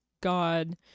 God